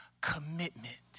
commitment